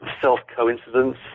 self-coincidence